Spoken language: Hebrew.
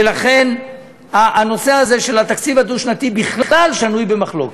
ולכן הנושא הזה של התקציב הדו-שנתי בכלל שנוי במחלוקת,